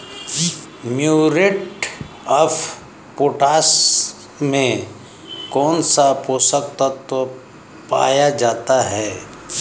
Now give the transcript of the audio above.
Muriate of potash में कौन सा पोषक तत्व पाया जाता है?